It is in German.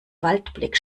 waldblick